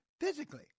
physically